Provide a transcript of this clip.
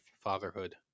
fatherhood